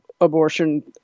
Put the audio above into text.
abortion